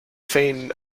feign